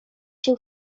się